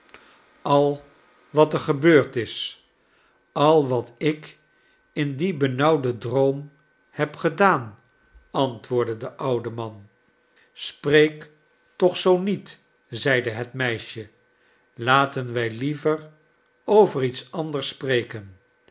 al wat er gebeurd is al wat ik in dien benauwden droom heb gedaan antwoordde de oude man spreek toch zoo niet zeide het meisje laten wij liever over iets anders spreken